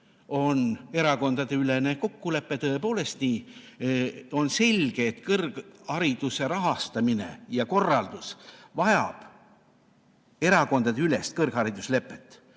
on erakondadeülene kokkulepe. Tõepoolest nii! On selge, et kõrghariduse rahastamine ja korraldus vajavad erakondadeülest kõrghariduslepet,